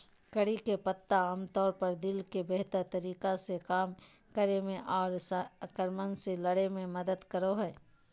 करी के पत्ता आमतौर पर दिल के बेहतर तरीका से काम करे मे आर संक्रमण से लड़े मे मदद करो हय